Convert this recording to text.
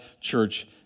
church